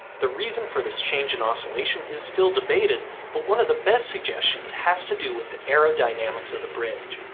the reason for this change in oscillation is still debated, but one of the best suggestions has has to do with the aerodynamics of the bridge.